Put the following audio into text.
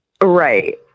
Right